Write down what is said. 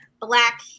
Black